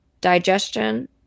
digestion